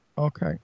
Okay